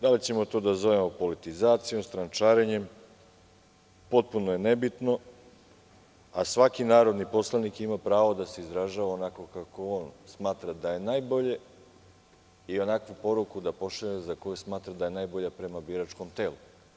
Da li ćemo to da zovemo politizacijom, strančarenjem, potpuno je nebitno, a svaki narodni poslanik ima pravo da se izražava onako kako smatra da je najbolje i onakvu poruku da pošalje za koju smatra da je najbolja prema biračkom telu.